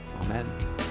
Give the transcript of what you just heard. Amen